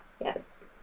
Yes